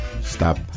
stop